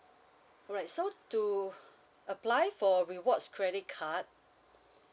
alright so to apply for rewards credit card